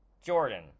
Jordan